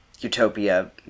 utopia